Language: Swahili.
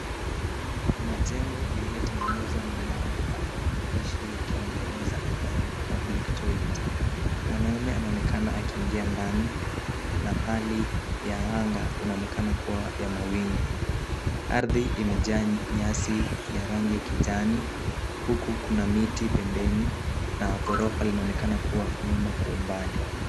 Kuna jengo liliotengenezwa na mawe yenye maandishi ya kiingereza ambayo ni pulic toilet . Mwanamume anaonekana akiingia ndani na hali ya anga inaonekana kuwa ya mawingu. Ardhi imejaa nyasi ya rangi ya kijani huku kuna miti pembeni na ghorofa linaonekana kuwa nyuma kwa umbali.